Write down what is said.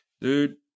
Dude